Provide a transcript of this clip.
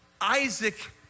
Isaac